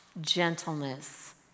gentleness